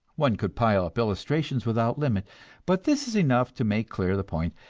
one could pile up illustrations without limit but this is enough to make clear the point,